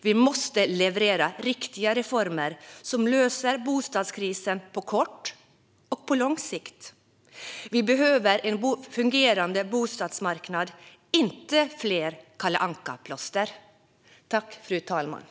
Vi måste leverera riktiga reformer som löser bostadskrisen på kort och på lång sikt. Vi behöver en fungerande bostadsmarknad, inte fler Kalle Anka-plåster.